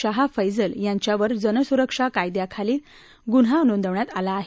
शाह फैझल यांच्यावर जन सुरक्षा कायद्याखाली गुन्हा नोंदवण्यात आला आहे